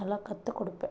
நல்லா கற்றுக் கொடுப்பேன்